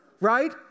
right